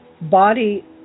body